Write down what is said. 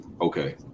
Okay